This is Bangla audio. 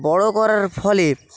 বড়ো করার ফলে